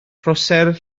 prosser